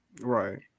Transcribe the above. Right